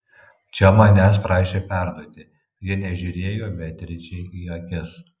čia manęs prašė perduoti ji nežiūrėjo beatričei į akis